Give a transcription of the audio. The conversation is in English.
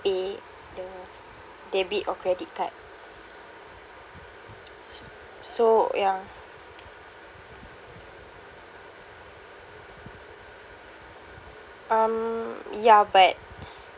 pay the debit or credit card s~ so ya um ya but